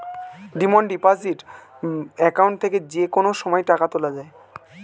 demand deposit account থেকে যে কোনো সময় টাকা তোলা যায়